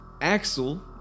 Axel